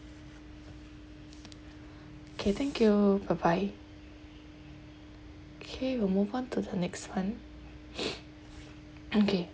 okay thank you bye bye okay we'll move on to the next one okay